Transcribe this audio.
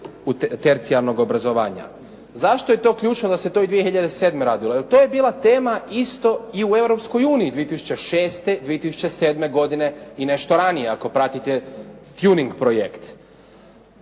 tercijalnog obrazovanja. Zašto je to ključno da se to i 2007. radilo. Jer to je bila tema isto i u Europskoj uniji 2006., 2007. godine i nešto ranije. Ako pratite …/Govornik